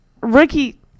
Ricky